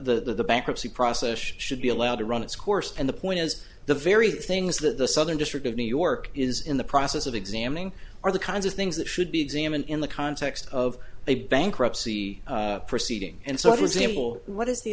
the bankruptcy process should be allowed to run its course and the point is the very things that the southern district of new york is in the process of examining are the kinds of things that should be examined in the context of a bankruptcy proceeding and so